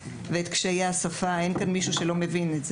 הקשיים.